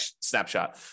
snapshot